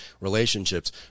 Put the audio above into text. relationships